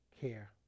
care